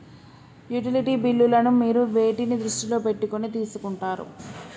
Utility బిల్లులను మీరు వేటిని దృష్టిలో పెట్టుకొని తీసుకుంటారు?